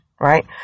Right